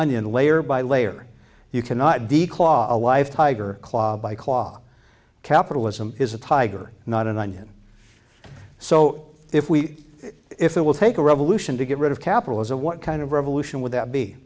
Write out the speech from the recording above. onion layer by layer you cannot declaw a life tiger by claw capitalism is a tiger not an onion so if we if it will take a revolution to get rid of capitalism what kind of revolution with that be